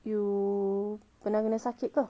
you pernah kena sakit ke